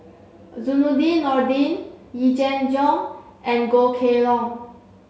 Zainudin Nordin Yee Jenn Jong and Goh Kheng Long